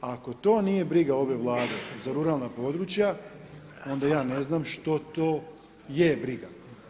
Ako to nije briga ove Vlade za ruralna područja onda ja ne znam što to je briga.